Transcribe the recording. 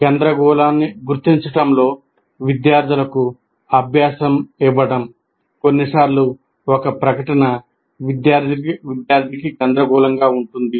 గందరగోళాన్ని గుర్తించడంలో విద్యార్థులకు అభ్యాసం ఇవ్వడం కొన్నిసార్లు ఒక ప్రకటన విద్యార్థికి గందరగోళంగా ఉంటుంది